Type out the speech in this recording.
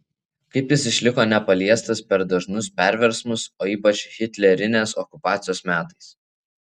kaip jis išliko nepaliestas per dažnus perversmus o ypač hitlerinės okupacijos metais